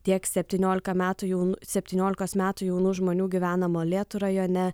tiek septyniolika metų jaun septyniolikos metų jaunų žmonių gyvena molėtų rajone